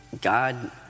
God